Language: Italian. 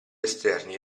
esterni